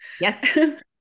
Yes